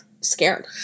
scared